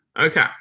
okay